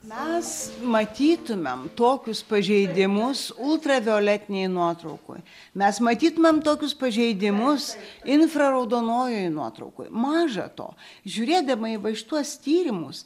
mes matytumem tokius pažeidimus ultravioletinėj nuotraukoj mes matytumem tokius pažeidimus infraraudonojoj nuotraukoj maža to žiūrėdama į va šituos tyrimus